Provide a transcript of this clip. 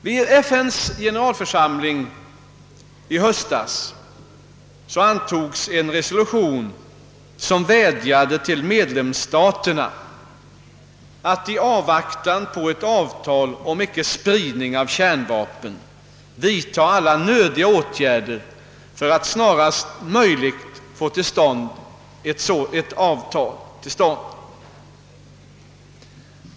Vid FN:s generalförsamling i höstas antogs en resolution, vari man vädjade till medlemsstaterna att vidta alla nödiga åtgärder för att snarast möjligt få ett avtal till stånd.